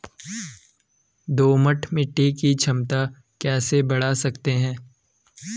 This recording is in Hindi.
दोमट मिट्टी की क्षमता कैसे बड़ा सकते हैं?